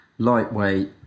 lightweight